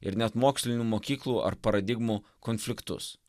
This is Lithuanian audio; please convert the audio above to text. ir net mokslinių mokyklų ar paradigmų konfliktus